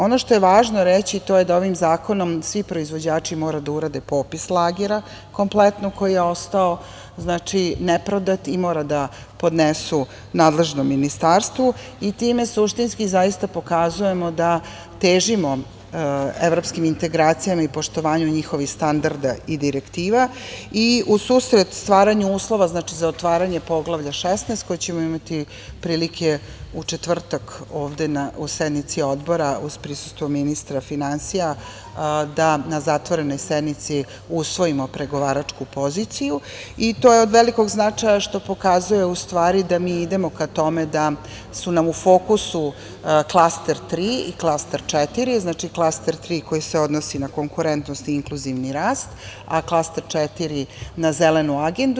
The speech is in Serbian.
Ono što je važno reći, a to je da ovim zakonom svi proizvođači mora da urade popis lagera, kompletno koji je ostao, neprodat i moraju da podnesu nadležnom ministarstvu i time suštinski zaista pokazujemo da težimo evropskim integracijama i poštovanju njihovih standarda i direktiva i u susret stvaranja uslova, Poglavlja 16. koje ćemo imati prilike ovde na sednici Odbora, u četvrtak, u prisustvu ministra finansija da na zatvorenoj sednici usvojimo pregovaračku poziciju, i to je od velikog značaja, što pokazuje da mi ustvari idemo ka tome da su nam u fokusu klaster 3 i klaster 4, koji se odnosi na konkurentnost i inkluzivni rast, a klaster 4, na zelenu agendu.